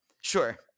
Sure